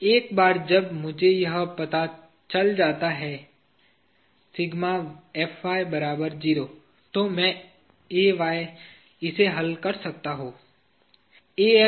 एक बार जब मुझे यह पता चल जाता है तो मैं इसे हल कर सकता हूं